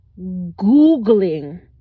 googling